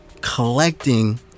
collecting